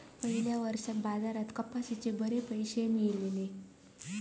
पयल्या वर्सा बाजारात कपाशीचे बरे पैशे मेळलले